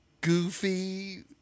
goofy